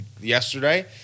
yesterday